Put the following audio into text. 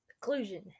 Conclusion